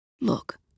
Look